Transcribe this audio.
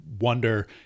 wonder